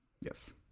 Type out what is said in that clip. Yes